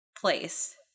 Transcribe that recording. place